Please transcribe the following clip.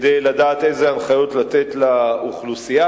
כדי לדעת איזה הנחיות לתת לאוכלוסייה.